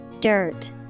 Dirt